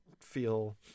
feel